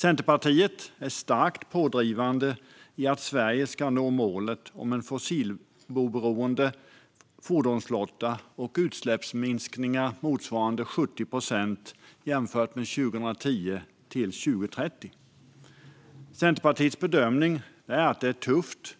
Centerpartiet är starkt pådrivande för att Sverige ska nå målet om en fossiloberoende fordonsflotta och utsläppsminskningar motsvarande 70 procent från 2010 till 2030. Centerpartiets bedömning är att det är ett tufft